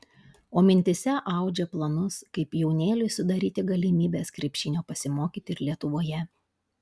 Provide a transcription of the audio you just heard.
o mintyse audžia planus kaip jaunėliui sudaryti galimybes krepšinio pasimokyti ir lietuvoje